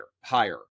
higher